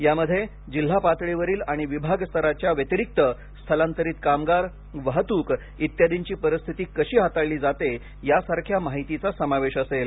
यामध्ये जिल्हा पातळीवरील आणि विभाग स्तराच्या व्यतिरिक्त स्थलांतरित कामगार वाहतूक इत्यादींची परिस्थिती कशी हाताळली जाते यासारख्या माहितीचा यात समावेश असेल